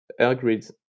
Airgrid